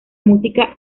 música